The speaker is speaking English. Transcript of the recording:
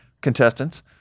contestants